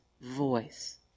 voice